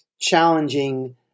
challenging